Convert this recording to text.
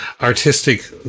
artistic